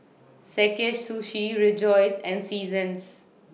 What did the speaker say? Sakae Sushi Rejoice and Seasons